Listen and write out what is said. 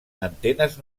antenes